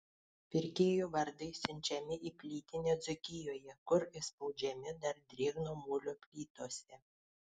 pirkėjų vardai siunčiami į plytinę dzūkijoje kur įspaudžiami dar drėgno molio plytose